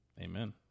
Amen